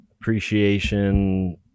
appreciation